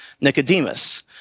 Nicodemus